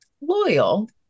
loyal